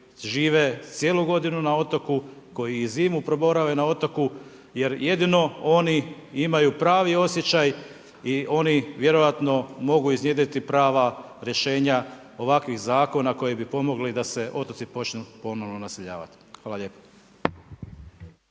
koji žive cijelu godinu na otoku, koji i zimu proborave na otoku jer jedino oni imaju pravi osjećaj i oni vjerojatno mogu iznjedriti prava rješenja ovakvih zakona koji bi pomogli da se otoci počnu ponovno naseljavati. Hvala lijepo.